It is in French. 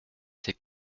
ces